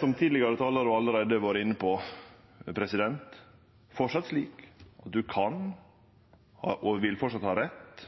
Som tidlegare talarar allereie har vore inne på, er det framleis slik at ein kan og vil framleis ha rett